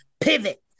pivot